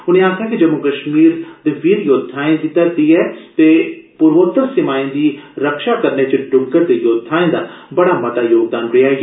उने आक्खेआ कि जम्मू कश्मीर वीर योद्धाएं दी धरती ऐ ते पूर्वोतर सीमाएं दी रक्षा करने च ड्ग्गर दे योद्धाएं दा बड़ा मता योगदान रेया ऐ